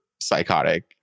psychotic